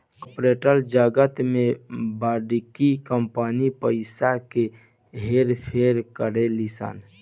corporate जगत में बड़की कंपनी पइसा के हेर फेर करेली सन